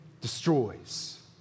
destroys